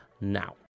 now